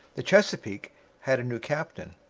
the chesapeake had a new captain,